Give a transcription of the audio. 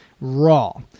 raw